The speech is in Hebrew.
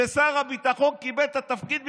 ושר הביטחון קיבל את התפקיד בגללו.